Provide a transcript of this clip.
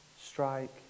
strike